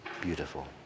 beautiful